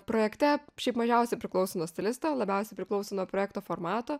projekte šiaip mažiausiai priklauso nuo stilisto labiausiai priklauso nuo projekto formato